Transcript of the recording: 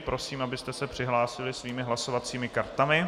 Prosím, abyste se přihlásili svými hlasovacími kartami.